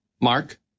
Mark